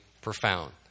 profound